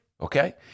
Okay